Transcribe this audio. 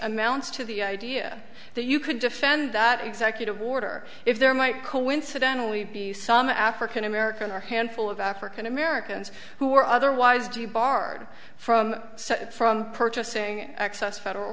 amounts to the idea that you could defend that executive order if there might coincidentally be some african american or handful of african americans who are otherwise do you barred from from purchasing access federal